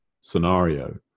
scenario